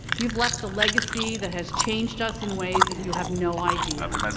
you've left a legacy that has changed us in ways that you have no idea.